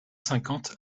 cinquante